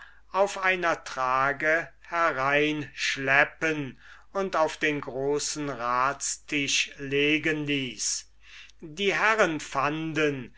auf einer trage herein schleppen und auf den großen ratstisch legen ließ die herren fanden